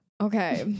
okay